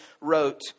wrote